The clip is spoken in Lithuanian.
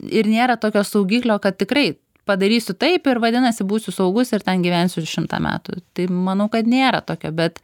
ir nėra tokio saugiklio kad tikrai padarysiu taip ir vadinasi būsiu saugus ir ten gyvensiu šimtą metų tai manau kad nėra tokio bet